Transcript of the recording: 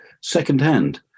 secondhand